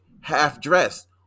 half-dressed